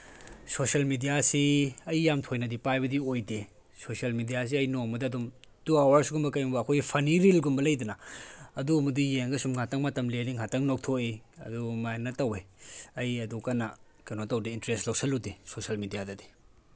social ꯃꯦꯗꯤꯌꯥꯁꯤ ꯑꯩ ꯌꯥꯝ ꯊꯣꯏꯅꯗꯤ ꯄꯥꯏꯕꯗꯤ ꯑꯣꯏꯗꯦ ꯁꯣꯁꯦꯜ ꯃꯦꯗꯤꯌꯥꯁꯦ ꯑꯩ ꯅꯣꯡꯃꯗ ꯑꯗꯨꯝ ꯇꯨ ꯑꯥꯋꯔꯁꯀꯨꯝꯕ ꯀꯩꯒꯨꯝꯕ ꯑꯩꯈꯣꯏꯒꯤ ꯐꯅꯤ ꯔꯤꯜꯒꯨꯝꯕ ꯂꯩꯗꯅ ꯑꯗꯨꯒꯨꯝꯕꯗꯤ ꯌꯦꯡꯉꯒ ꯁꯨꯝ ꯉꯥꯛꯇꯪ ꯃꯇꯝ ꯂꯦꯜꯂꯤ ꯉꯥꯛꯇꯪ ꯅꯣꯡꯊꯣꯛꯏ ꯑꯗꯨꯃꯥꯏꯅ ꯇꯧꯋꯦ ꯑꯩ ꯑꯗꯨꯛ ꯀꯟꯅ ꯀꯩꯅꯣ ꯇꯧꯗꯦ ꯏꯟꯇ꯭ꯔꯦꯁ ꯂꯧꯁꯤꯜꯂꯨꯗꯦ ꯁꯣꯁꯦꯜ ꯃꯦꯗꯤꯌꯥꯗꯗꯤ